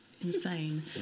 insane